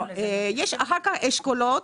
יש אחר כך אשכולות.